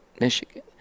Michigan